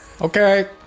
Okay